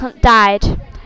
died